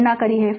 गणना की है